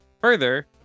Further